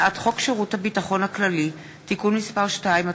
הצעת חוק שירות הביטחון הכללי (תיקון מס' 2),